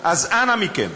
אז אנא מכם,